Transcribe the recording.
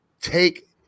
take